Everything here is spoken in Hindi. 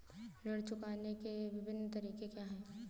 ऋण चुकाने के विभिन्न तरीके क्या हैं?